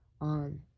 on